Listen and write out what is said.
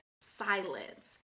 silence